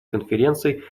конференций